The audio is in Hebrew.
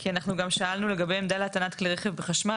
כי אנחנו גם שאלנו לגבי עמדה להטענת כלי רכב בחשמל